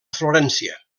florència